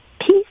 peace